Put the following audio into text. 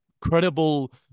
credible